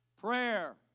Prayer